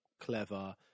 clever